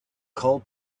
call